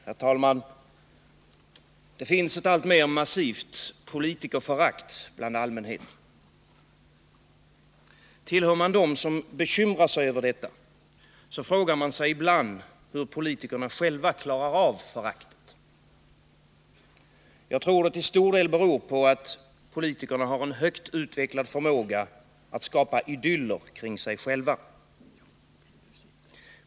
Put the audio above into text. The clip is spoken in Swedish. Herr talman! Det finns ett alltmer massivt politikerförakt bland allmänheten. Tillhör man dem som bekymrar sig över detta, frågar man sig ibland hur politikerna själva klarar av föraktet. Jag tror det till stor del beror på att politikerna har en högt utvecklad förmåga att skapa idyller kring sig själva.